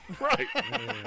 Right